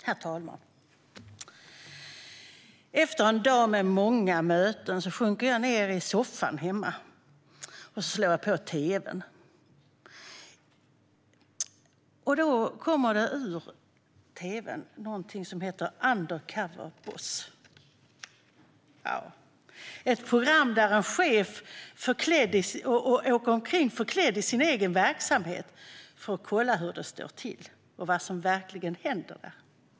Herr talman! Efter en dag med många möten sjunker jag ned i soffan hemma och slår på tv:n. Ur tv:n kommer det någonting som heter Under cover Boss . Det är ett program där en chef åker omkring i sin egen verksamhet förklädd för att kolla hur det står till och vad som verkligen händer där.